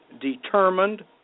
determined